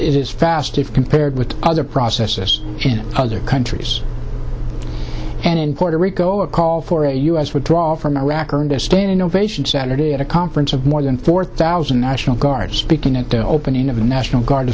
is fast compared with other processes in other countries and in puerto rico a call for a u s withdrawal from iraq earned a standing ovation saturday at a conference of more than four thousand national guard speaking at the opening of the national guard